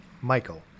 Michael